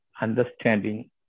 understanding